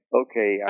okay